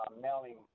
mailing